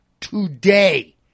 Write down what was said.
Today